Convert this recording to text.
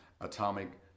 atomic